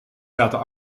zaten